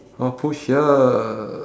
oh push here